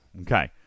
Okay